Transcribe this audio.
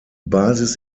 basis